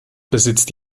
besitzt